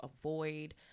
avoid